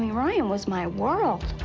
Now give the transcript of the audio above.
ryan was my world.